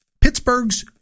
Pittsburgh's